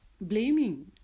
Blaming